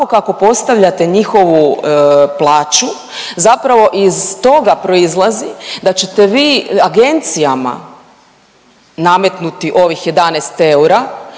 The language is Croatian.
ovako kako postavljate njihovu plaću zapravo iz toga proizlazi da ćete vi agencijama nametnuti ovih 11 eura.